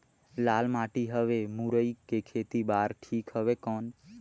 लाल माटी हवे मुरई के खेती बार ठीक हवे कौन?